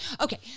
okay